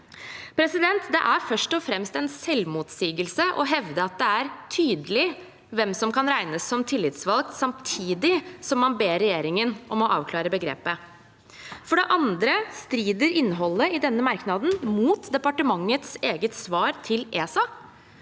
ved behov. Det er først og fremst en selvmotsigelse å hevde at det er tydelig hvem som kan regnes som tillitsvalgt, samtidig som man ber regjeringen om å avklare begrepet. For det andre strider innholdet i denne merknaden mot departementets eget svar til ESA.